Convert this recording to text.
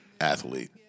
athlete